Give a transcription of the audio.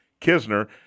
Kisner